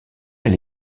elle